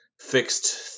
fixed